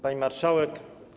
Pani Marszałek!